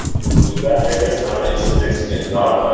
we will do that, i guess, now that you sit next to me and nod.